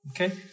Okay